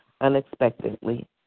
unexpectedly